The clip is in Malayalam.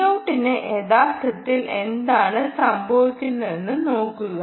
Vout ന് യഥാർത്ഥത്തിൽ എന്താണ് സംഭവിക്കുന്നതെന്ന് നോക്കുക